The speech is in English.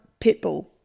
Pitbull